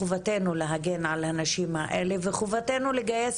חובתנו להגן על הנשים האלה וחובתנו לגייס